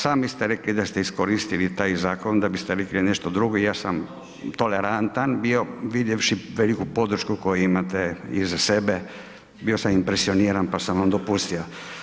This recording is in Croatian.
Sami ste rekli da ste iskoristili taj zakon da biste rekli nešto drugo i ja sam tolerantan bio vidjevši veliku podršku koju imate iza sebe, bio sam impresioniran pa sam vam dopustio.